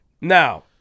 Now